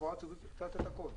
התחבורה הציבורית רצתה לתת את הכול.